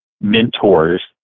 mentors